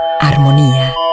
armonía